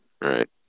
right